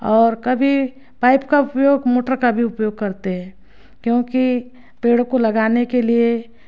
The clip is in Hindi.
और कभी पाइप का उपयोग मोटर का भी उपयोग करते हैं क्योंकि पेड़ों को लगाने के लिए